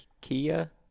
kia